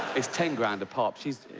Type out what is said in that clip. it's ten grand a pop. she's.